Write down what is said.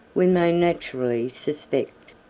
we may naturally suspect,